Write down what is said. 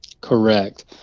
Correct